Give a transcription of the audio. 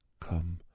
come